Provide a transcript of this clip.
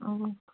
অঁ